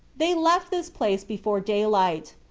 they left this place before daylight.